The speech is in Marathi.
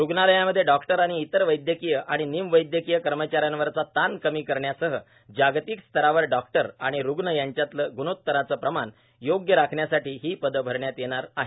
रुग्णालयांमधे डॉक्टर आणि इतर वैद्यकीय आणि निम वैद्यकीय कर्मचाऱ्यावरचा ताण कमी करण्यासह जागतिक स्तरावर डॉक्टर आणि रुग्ण यांच्यातलं ग्णोतराचं प्रमाण योग्य राखण्यासाठी ही पदं अरण्यात येणार आहेत